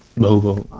know the